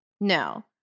No